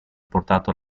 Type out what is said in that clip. portato